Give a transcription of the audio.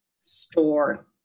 store